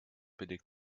billig